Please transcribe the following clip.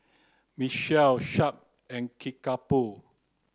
Michelin Sharp and Kickapoo